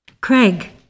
Craig